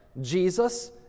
Jesus